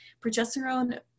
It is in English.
Progesterone